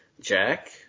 Jack